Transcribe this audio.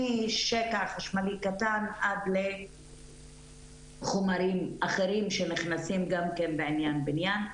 משקע חשמלי קטן עד לחומרים אחרים שנכנסים גם כן בעניין בניין,